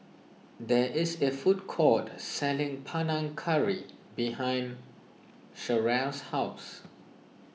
there is a food court selling Panang Curry behind Sheryl's house